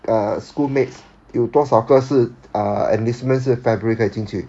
uh schoolmates 有多少个是 err enlistment 是 february 可以进去